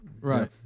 Right